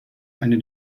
eine